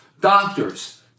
doctors